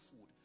food